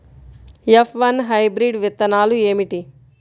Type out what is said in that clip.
F one hybrid విత్తనాలు ఏమిటి?